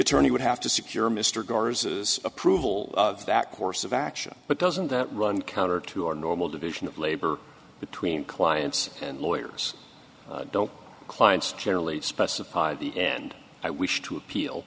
attorney would have to secure mr garza's approval of that course of action but doesn't that run counter to our normal division of labor between clients and lawyers don't clients generally specify the end i wish to appeal